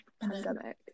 pandemic